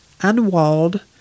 unwalled